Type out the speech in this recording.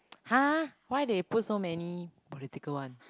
!huh! why they put so many political one